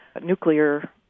nuclear